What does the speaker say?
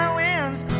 winds